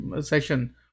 session